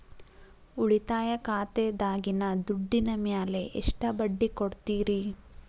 ಉಳಿತಾಯ ಖಾತೆದಾಗಿನ ದುಡ್ಡಿನ ಮ್ಯಾಲೆ ಎಷ್ಟ ಬಡ್ಡಿ ಕೊಡ್ತಿರಿ?